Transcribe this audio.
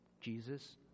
Jesus